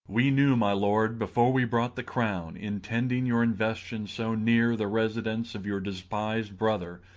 we knew, my lord, before we brought the crown, intending your investion so near the residence of your despised brother,